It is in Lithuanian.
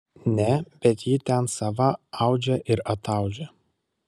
ne bet ji ten sava audžia ir ataudžia